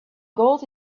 gold